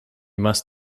must